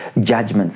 judgments